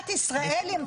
ובאנשים שמאמינים